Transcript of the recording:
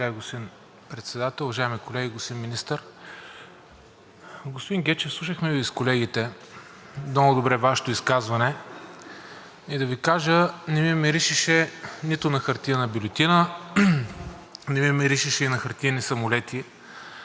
Благодаря, господин Председател. Уважаеми колеги, господин Министър! Господин Гечев, слушахме с колегите много добре Вашето изказване и да Ви кажа – не ми миришеше на хартиена бюлетина, не ми миришеше и на хартиени самолети,